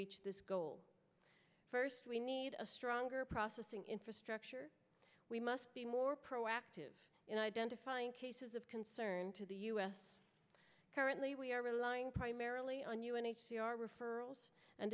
reach this goal first we need a stronger processing infrastructure we must be more proactive in identifying cases of concern to the u s currently we are relying primarily on u n h c r referrals and